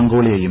മംഗോളിയയും